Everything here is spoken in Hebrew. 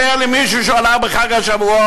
סיפר לי מישהו שהוא הלך בחג השבועות,